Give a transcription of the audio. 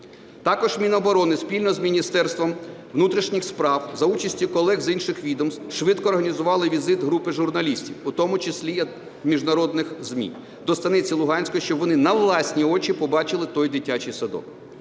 Також Міноборони спільно з Міністерством внутрішніх справ за участю колег з інших відомств швидко організували візит групи журналістів, у тому числі міжнародних ЗМІ, до Станиці Луганської, щоб вони на власні очі побачили той дитячий садок.